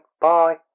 Bye